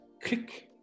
Click